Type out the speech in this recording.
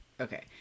Okay